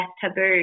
taboo